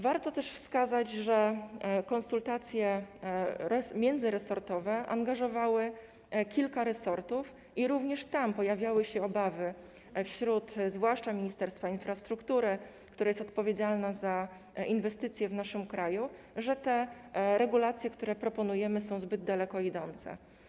Warto też wskazać, że konsultacje międzyresortowe angażowały kilka resortów i również tam pojawiały się obawy, zwłaszcza w Ministerstwie Infrastruktury, które jest odpowiedzialne za inwestycje w naszym kraju, że regulacje, które proponujemy, są zbyt daleko idące.